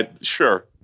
Sure